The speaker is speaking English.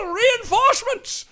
reinforcements